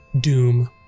doom